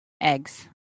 Eggs